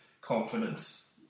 confidence